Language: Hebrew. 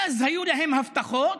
ואז היו להם הבטחות